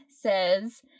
says